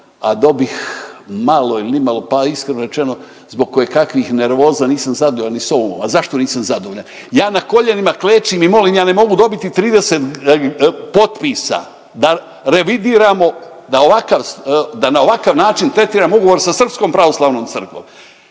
a dobih malo ili nimalo, pa iskreno rečeno zbog kojekakvih nervoza nisam zadovoljan ni s ovom. A zašto nisam zadovoljan? Ja na koljenima klečim i molim ja ne mogu dobiti 30 potpisa da revidiramo da na ovakav način tretiramo ugovor sa Srpskom pravoslavnom crkvom.